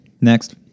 Next